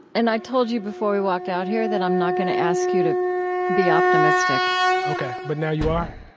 and i told you before we walked out here that i'm not gonna ask you to be optimistic ok, but now you are?